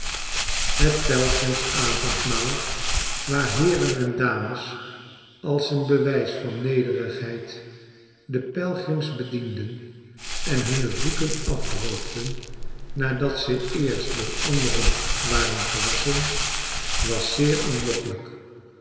het pelgrims avondmaal waar heeren en dames als een bewijs van nederigheid de pelgrims bedienden en hunne voeten afdroogden nadat ze eerst door anderen waren gewasschen was zeer aanlokkelijk